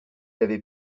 avait